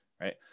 right